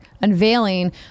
Unveiling